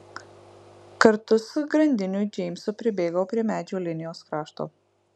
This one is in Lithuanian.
kartu su grandiniu džeimsu pribėgau prie medžių linijos krašto